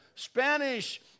Spanish